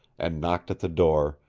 and knocked at the door,